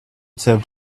saved